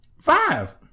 Five